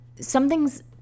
Something's